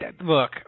look